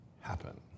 happen